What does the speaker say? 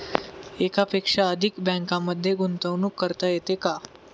एकापेक्षा अधिक बँकांमध्ये गुंतवणूक करता येते का?